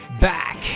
back